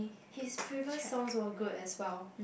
his previous songs were good as well